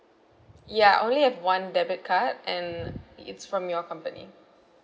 ya only have one debit card and it's from your company